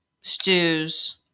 stews